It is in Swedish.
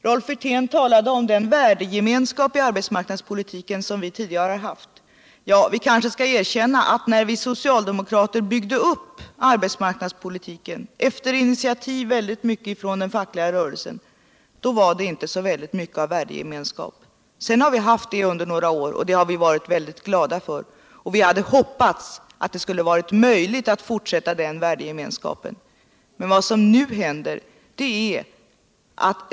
Rolf Wirtén talade om den värdegemenskap i arbetsmarknadspolitiken som vi tidigare har haft. När vi socialdemokrater byggde upp arbetsmarknadspolitiken — i stor utsträckning efter initiativ från den fackliga rörelsen - fanns det inte särskilt mycket av värdegemenskap mellan socialdemokraterna och folkpartiet. Sedan har vi haft en sådan under några år, och det har vi varit väldigt glada för. Vi socialdemokrater hade hoppats att det skulle ha » irit möjligt att fortsätta den värdegemenskapen. Men vad som nu händer är ut!